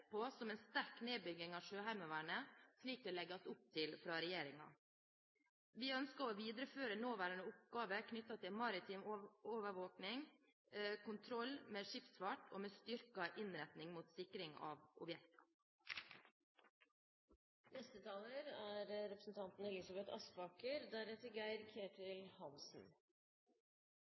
på som en sterk nedbygging av Sjøheimevernet, slik det legges opp til av regjeringen. Vi ønsker å videreføre nåværende oppgaver knyttet til maritim overvåking, kontroll med skipsfart og med styrket innretning mot sikring av objekter. Denne saken angår svært mange i og rundt Forsvaret, og det store engasjementet i saken er